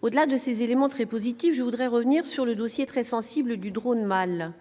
Au-delà de ces éléments très positifs, je veux revenir sur le dossier très sensible du drone MALE- .